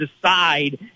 decide